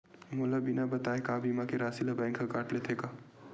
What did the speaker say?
मोला बिना बताय का बीमा के राशि ला बैंक हा कत लेते का?